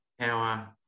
power